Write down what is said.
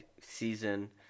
season